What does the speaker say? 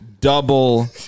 double